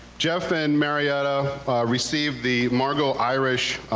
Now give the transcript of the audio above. jeff and marietta received the margo irish